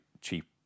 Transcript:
cheap